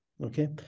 okay